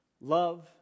love